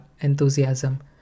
enthusiasm